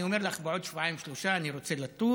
אני אומר לך: בעוד שבועיים שלושה אני רוצה לטוס,